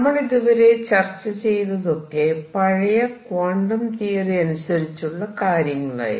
നമ്മൾ ഇതുവരെ ചർച്ച ചെയ്തതൊക്കെ പഴയ ക്വാണ്ടം തിയറി അനുസരിച്ചുള്ള കാര്യങ്ങളായിരുന്നു